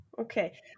Okay